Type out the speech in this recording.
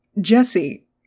Jesse